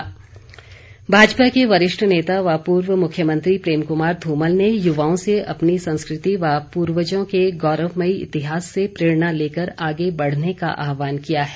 धूमल भाजपा के वरिष्ठ नेता व पूर्व मुख्यमंत्री प्रेम क्मार ध्रमल ने युवाओं से अपनी संस्कृति व पूर्वजों के गौरवमयी इतिहास से प्रेरणा लेकर आगे बढ़ने का आहवान किया है